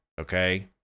okay